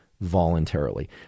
voluntarily